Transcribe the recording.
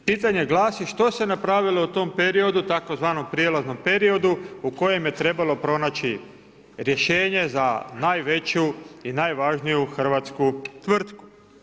Pitanje glasi, što se napravilo u tom periodu, tzv. prijelaznom periodu u kojem je trebalo pronaći rješenje za najveću i najvažniju hrvatsku tvrtku.